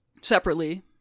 separately